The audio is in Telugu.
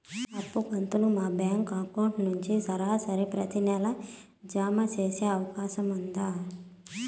అప్పు కంతులు మా బ్యాంకు అకౌంట్ నుంచి సరాసరి ప్రతి నెల జామ సేసే అవకాశం ఉందా?